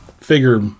figure